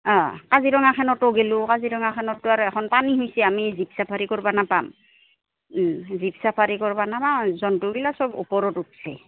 অঁ কাজিৰঙাখনতো গোলোঁ কাজিৰঙাখনতটো আৰু এখন পানী হৈছে আমি জীপ চাফাৰী কৰিব নাপাম জীপ চাফাৰী কৰিব জন্তুবিলাক চব ওপৰত উঠিছে